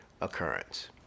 occurrence